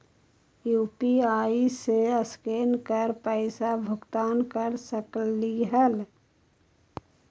UPI से scan कर पईसा भुगतान कर सकलीहल?